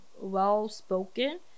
well-spoken